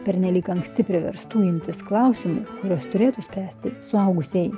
pernelyg anksti priverstų imtis klausimų kuriuos turėtų spręsti suaugusieji